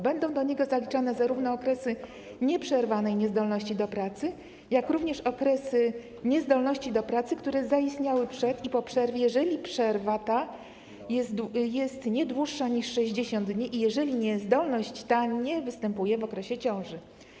Będą do niego zaliczone zarówno okresy nieprzerwanej niezdolności do pracy, jak i okresy niezdolności do pracy, które zaistniały przed przerwą i po przerwie, jeżeli przerwa ta jest nie dłuższa niż 60 dni i jeżeli niezdolność ta nie występuje w okresie ciąży.